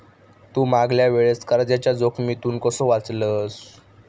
तू मागल्या वेळेस कर्जाच्या जोखमीतून कसो वाचलस